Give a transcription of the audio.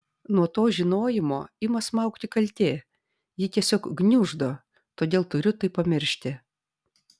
nuo to žinojimo ima smaugti kaltė ji tiesiog gniuždo todėl turiu tai pamiršti